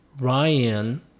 Ryan